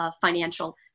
financial